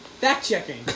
Fact-checking